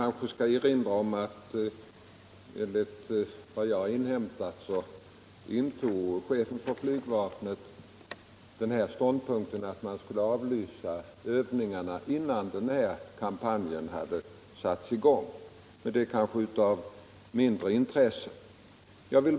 Herr talman! Enligt vad jag inhämtat beslöt chefen för flygvapnet att avlysa dessa övningar innan den här kampanjen hade satts i gång. Det är emellertid av mindre betydelse.